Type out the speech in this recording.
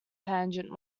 pageant